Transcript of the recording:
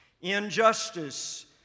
injustice